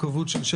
לביטחון פנים.